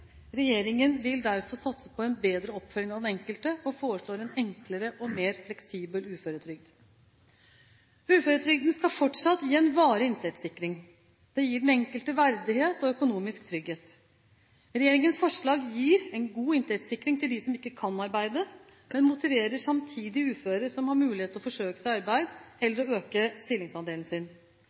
Regjeringen vil derfor satse på en bedre oppfølging av den enkelte og foreslår en enklere og mer fleksibel uføretrygd. Uføretrygden skal fortsatt gi en varig inntektssikring. Det gir den enkelte verdighet og økonomisk trygghet. Regjeringens forslag gir en god inntektssikring til dem som ikke kan arbeide, men motiverer samtidig uføre som har mulighet, til å forsøke seg i arbeid eller til å øke stillingsandelen sin.